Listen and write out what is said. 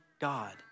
God